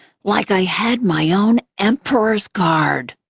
like i had my own emperor's guard.